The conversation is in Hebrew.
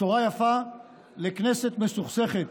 בשורה יפה לכנסת מסוכסכת,